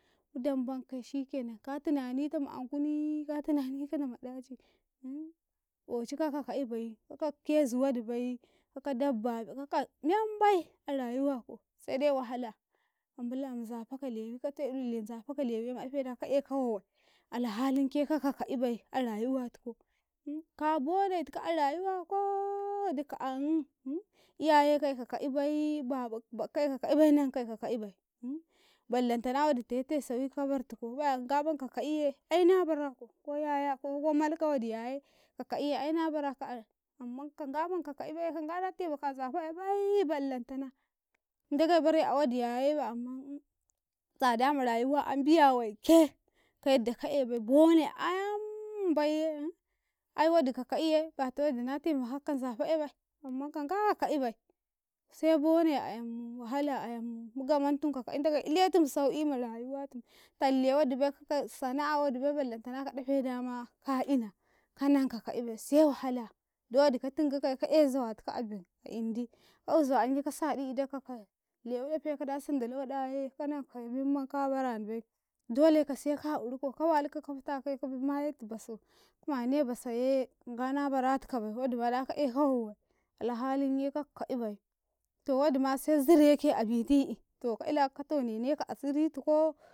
Mu dambankaye shikenam ka tinan ita ma ankuni ka tinani kana ma ɗaci ocikaka ka'ibai kaka kezi wadibai kaka dabba ka ka membai a rayuwako sede wahala ambula manzafaka lewi, kateɗu le nzafaka lewiyema ɗafeda ka ekaw wawai alhakin ke nansibai arayuwa tuko ka bone tiko arayuwako dika an 'yakekai nansibai babo bakkai nansibai nan kai nansibai ballantana wodi tai tausayikau bartiko bayanagaƃan ka ka'iye aina barako, ko yaya ko malka wodi yaye ka ka'iye aina barako amman kangamandi ka ka'ibe kanga na temaka nzafa ebai ballantana ndagei bare a wodi ya yebai amma rayuwaam biya waike ka yadda ka ebai bone aimbaiye ai wadi ka ka'iye bata wodina temaka anzafe aebai amman kangawa ka'ibai se bone aim wahala aim mugamantum kum kaka'i ndagei iletu sau'i ma rayuwatum talle wodibai, sana'a wodibu ballantan aka dafe dama ka ina ka nanka ka'ibai se wahala dowodi ka tingikaye ka ae zawatika a ben a indi ka eu zawa yanye ka saɗi idotika ka lewi dafe kada sandata waɗaye kananka memman ka waluka ka fatakaye kamayetu basau ka nayene basaye nga na baratika bai wadi ma da eka wowai alhali ye kanan sibai towodima se zireke abit'i to ka'ila ka tonenka asiritiko.